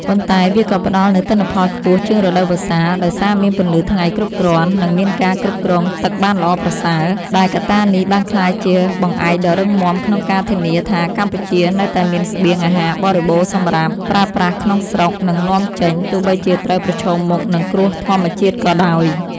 ប៉ុន្តែវាក៏ផ្តល់នូវទិន្នផលខ្ពស់ជាងរដូវវស្សា ដោយសារមានពន្លឺថ្ងៃគ្រប់គ្រាន់ និងមានការគ្រប់គ្រងទឹកបានល្អប្រសើរ ដែលកត្តានេះបានក្លាយជាបង្អែកដ៏រឹងមាំក្នុងការធានាថាកម្ពុជានៅតែមានស្បៀងអាហារបរិបូរណ៍សម្រាប់ប្រើប្រាស់ក្នុងស្រុក និងនាំចេញ ទោះបីជាត្រូវប្រឈមមុខនឹងគ្រោះធម្មជាតិក៏ដោយ។